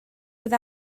oedd